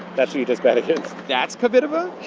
that's who you just bet against that's kvitova?